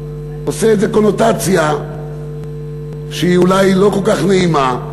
זה בגלל קונוטציה שהיא אולי לא כל כך נעימה.